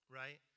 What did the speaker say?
right